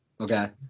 Okay